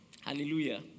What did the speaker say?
Hallelujah